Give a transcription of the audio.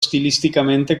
stilisticamente